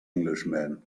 englishman